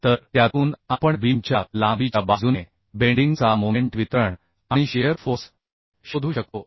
तर त्यातून आपण बीमच्या लांबीच्या बाजूने बेंडिंग चा मोमेंट वितरण आणि शिअर फोर्स शोधू शकतो